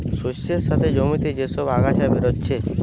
শস্যের সাথে জমিতে যে সব আগাছা বেরাচ্ছে